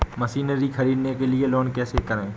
Machinery ख़रीदने के लिए लोन कैसे करें?